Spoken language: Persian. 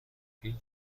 هیچ